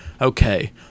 okay